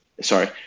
Sorry